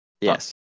Yes